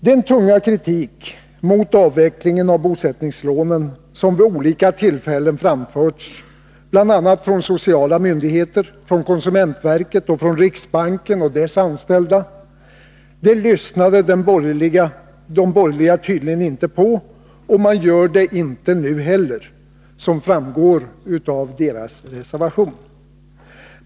Den tunga kritik mot avvecklingen av bostadslånen som vid olika tillfällen framförts bl.a. från sociala myndigheter, från konsumentverket och från riksbanken och dess anställda lyssnade de borgerliga tydligen inte på — och man gör det inte nu heller, som framgår av deras reservation.